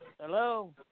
Hello